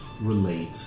relate